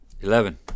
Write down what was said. Eleven